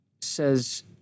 says